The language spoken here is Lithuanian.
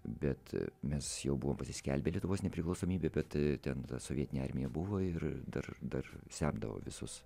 bet mes jau buvom pasiskelbę lietuvos nepriklausomybę bet ten ta sovietinė armija buvo ir dar dar semdavo visus